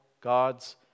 God's